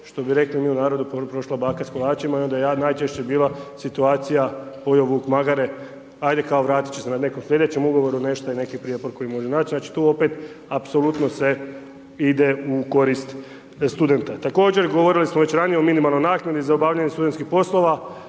što bi rekli mi u narodu prošla baba s kolačima i onda je najčešće bila situacija pojeo vuk magare ajde kao vratit će se na nekom slijedećem ugovoru ili nešto, neki prijepor koji može nać, znači tu opet tu apsolutno se ide u korist studenta. Također, govorili smo već ranije o minimalnoj naknadi za obavljanje studentskih poslova,